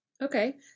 Okay